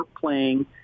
playing